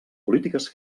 polítiques